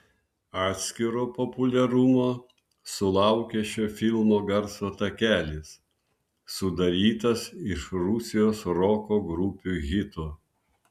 atskiro populiarumo sulaukė šio filmo garso takelis sudarytas iš rusijos roko grupių hitų